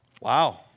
Wow